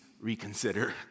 reconsider